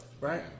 right